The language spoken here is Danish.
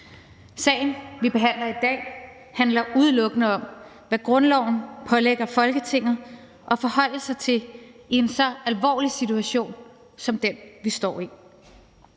Sagen, vi behandler i dag, handler udelukkende om, hvad grundloven pålægger Folketinget at forholde sig til i en så alvorlig situation som den, vi står i.